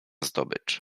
zdobycz